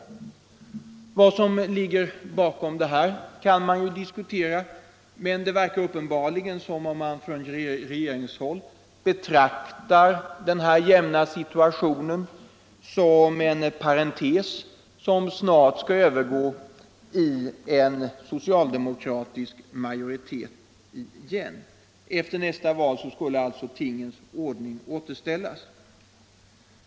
Vad som ligger bakom detta kan man diskutera, men det verkar som om man från regeringshåll uppenbarligen betraktar den här jämna situationen som en parentes som snart skall övergå i en socialdemokratisk och kommunistisk majoritet igen. Efter nästa val skulle alltså tingens ordning återställas.